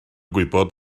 gwybod